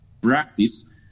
practice